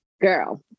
girl